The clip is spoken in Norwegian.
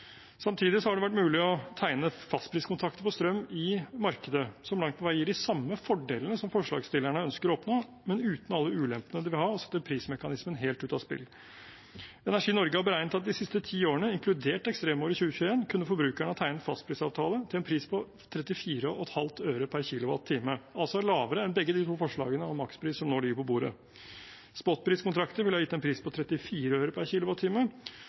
Samtidig har det vært mulig å tegne fastpriskontrakter på strøm i markedet som langt på vei gir de samme fordelene som forslagsstillerne ønsker å oppnå, men uten alle ulempene det vil ha å sette prismekanismen helt ut av spill. Energi Norge har beregnet at de siste ti årene, inkludert ekstremåret 2021, kunne forbrukerne ha tegnet fastprisavtale til en pris på 34,5 øre per kWh – altså lavere enn begge de to forslagene om makspris som nå ligger på bordet. Spotpris-kontrakter ville ha gitt en pris på 34 øre per